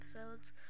episodes